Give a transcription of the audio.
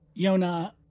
Yona